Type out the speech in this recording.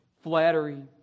flattery